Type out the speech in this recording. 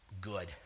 good